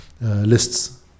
lists